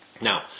Now